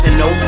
no